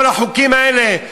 כל החוקים האלה.